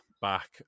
back